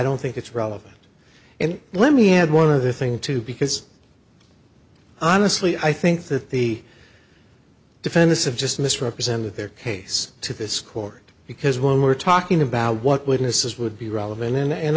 don't think it's relevant and let me add one other thing too because honestly i think that the defensive just misrepresented their case to this court because when we're talking about what witnesses would be relevant